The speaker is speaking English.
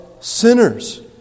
sinners